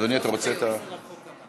עוברים לדון בהצעת חוק התכנון